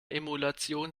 emulation